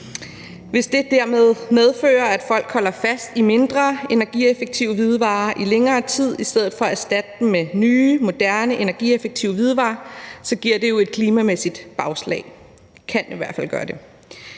Hvis det dermed medfører, at folk holder fast i mindre energieffektive hårde hvidevarer i længere tid i stedet for at erstatte dem med nye, moderne, energieffektive hårde hvidevarer, giver det jo et klimamæssigt bagslag. Det kan i hvert fald gøre det.